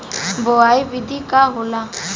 बुआई विधि का होला?